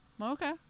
Okay